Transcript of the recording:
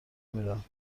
میرم